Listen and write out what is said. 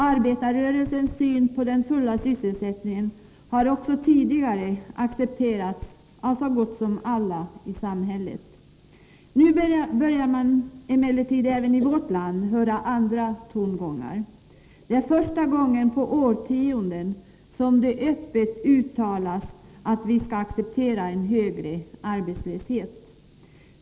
Arbetarrörelsens syn på den fulla sysselsättningen har tidigare accepterats av så gott som alla i samhället. Nu börjar man emellertid också i vårt land höra andra tongångar. Det är första gången på årtionden som det öppet uttalas att vi skall acceptera en högre arbetslöshet.